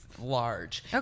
large